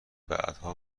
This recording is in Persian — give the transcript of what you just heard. بعدها